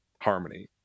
harmony